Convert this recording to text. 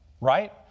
Right